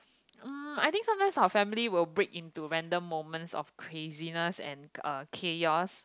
um I think sometimes our family will break into random moments of craziness and uh chaos